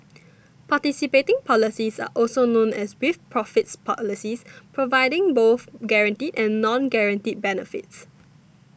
participating policies are also known as with profits policies providing both guaranteed and non guaranteed benefits